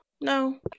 no